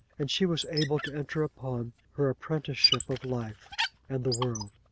and she was able to enter upon her apprenticeship of life and the world.